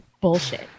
bullshit